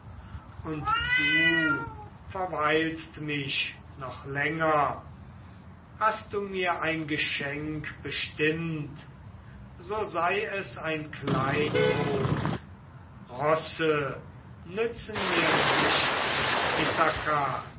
und du verweilst mich noch länger hast du mir ein geschenk bestimmt so sei es ein kleinod rosse nützen mir nicht in